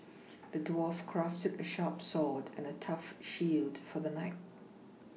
the dwarf crafted a sharp sword and a tough shield for the knight